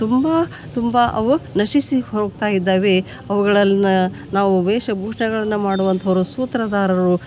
ತುಂಬಾ ತುಂಬಾ ಅವು ನಶಿಸಿ ಹೋಗ್ತಾಯಿದ್ದವೆ ಅವುಗಳನ್ನು ನಾವು ವೇಷ ಭೂಷಣಗಳನ್ನ ಮಾಡುವಂಥವ್ರು ಸೂತ್ರಧಾರರು